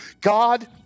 God